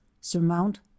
surmount